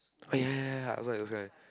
orh ya ya ya ya those kind those kind